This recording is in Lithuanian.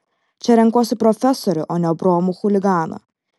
čia renkuosi profesorių o ne bromų chuliganą